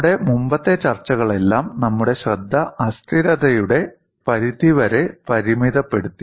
നമ്മുടെ മുമ്പത്തെ ചർച്ചകളെല്ലാം നമ്മുടെ ശ്രദ്ധ അസ്ഥിരതയുടെ പരിധി വരെ പരിമിതപ്പെടുത്തി